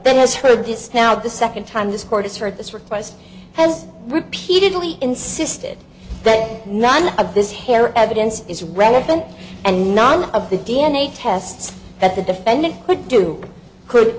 then has heard this now the second time this court has heard this request has repeatedly insisted that none of this hair evidence is relevant and none of the d n a tests that the defendant could do could